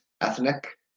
ethnic